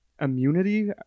Immunity